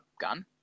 gun